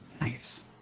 Nice